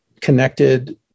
connected